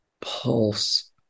pulse